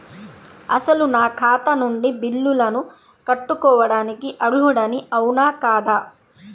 అసలు నా ఖాతా నుండి బిల్లులను కట్టుకోవటానికి అర్హుడని అవునా కాదా?